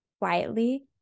quietly